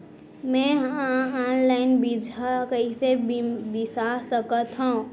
मे हा अनलाइन बीजहा कईसे बीसा सकत हाव